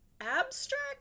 abstract